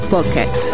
Pocket